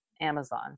Amazon